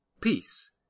Peace